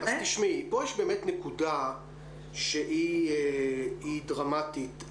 פה יש באמת נקודה שהיא דרמטית.